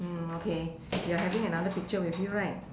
okay you are having another picture with you right